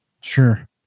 Sure